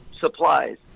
Supplies